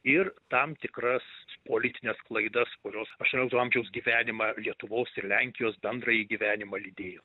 ir tam tikras politines klaidas kurios aštuoniolikto amžiaus gyvenimą lietuvos ir lenkijos bendrąjį gyvenimą lydėjo